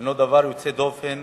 הינו דבר יוצא דופן.